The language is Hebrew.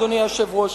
אדוני היושב-ראש.